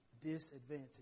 disadvantage